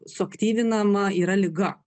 suaktyvinama yra liga